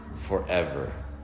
forever